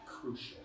crucial